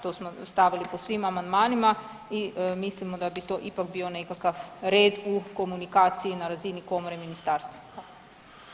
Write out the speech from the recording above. To smo stavili po svim amandmanima i mislimo da bi to ipak bio nekakav red u komunikaciji na razini komore-ministarstva.